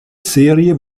serie